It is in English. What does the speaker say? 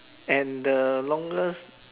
and the longest